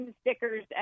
stickers